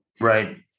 Right